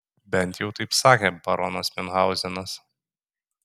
bent jau taip sakė baronas miunchauzenas